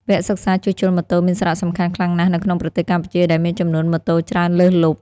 វគ្គសិក្សាជួសជុលម៉ូតូមានសារៈសំខាន់ខ្លាំងណាស់នៅក្នុងប្រទេសកម្ពុជាដែលមានចំនួនម៉ូតូច្រើនលើសលប់។